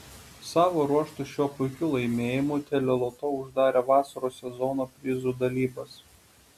savo ruožtu šiuo puikiu laimėjimu teleloto uždarė vasaros sezono prizų dalybas